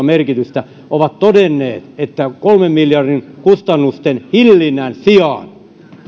merkitystä on todennut että kolmen miljardin kustannusten hillinnän sijaan